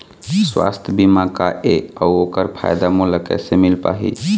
सुवास्थ बीमा का ए अउ ओकर फायदा मोला कैसे मिल पाही?